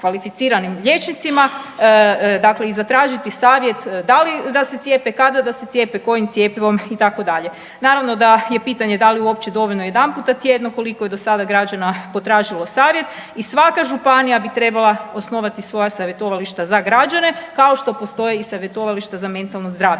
kvalificiranim liječnicima dakle i zatražiti savjet da li da se cijepe, kada da se cijepe, kojim cjepivom, itd. Naravno da je pitanje da li je uopće dovoljno jedanputa tjedno, koliko je do sada građana potražilo savjet i svaka županija bi trebala osnovati svoja savjetovališta za građane, kao što postoji i savjetovalište za mentalno zdravlje.